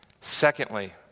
Secondly